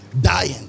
dying